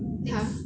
!huh!